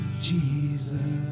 Jesus